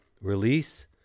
release